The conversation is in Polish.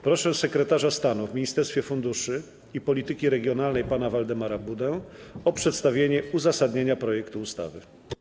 Proszę sekretarza stanu w Ministerstwie Funduszy i Polityki Regionalnej pana Waldemara Budę o przedstawienie uzasadnienia projektu ustawy.